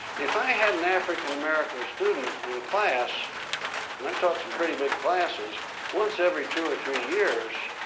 if i had an african-american student in class and i taught some pretty big classes once every two or three years,